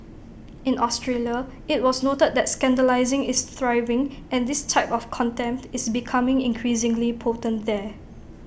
in Australia IT was noted that scandalising is thriving and this type of contempt is becoming increasingly potent there